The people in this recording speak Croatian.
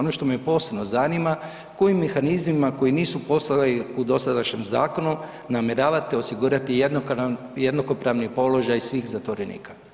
Ono što me posebno zanima kojim mehanizmima koji nisu postojali u dosadašnjem zakonu namjeravate osigurati jednakopravni položaj svih zatvorenika.